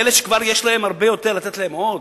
לאלה שכבר יש להם הרבה יותר, לתת להם עוד?